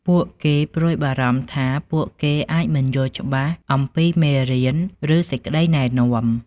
ពួកគេព្រួយបារម្ភថា ពួកគេអាចមិនយល់ច្បាស់អំពីមេរៀន ឬសេចក្តីណែនាំ។